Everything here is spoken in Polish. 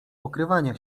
okrywania